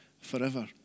forever